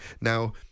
Now